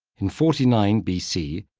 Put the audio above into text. in forty nine b c,